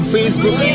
Facebook